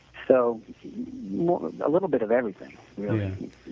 so, a little bit of everything,